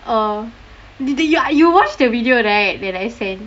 orh ah you watch the video right that I send